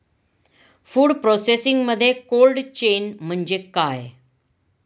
Food प्रोसेसिंगमध्ये cold chain म्हणजे काय?